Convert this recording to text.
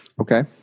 Okay